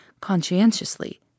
conscientiously